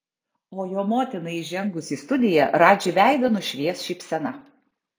o jo motinai įžengus į studiją radži veidą nušvies šypsena